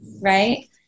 right